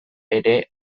ere